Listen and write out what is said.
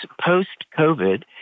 post-COVID